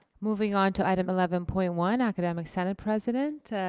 moving on to item eleven point one, academic senate president.